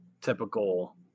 typical